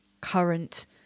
current